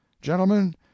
Gentlemen